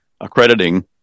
accrediting